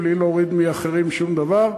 בלי להוריד מאחרים שום דבר.